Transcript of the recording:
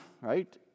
right